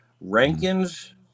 Rankins